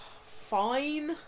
fine